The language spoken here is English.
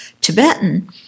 Tibetan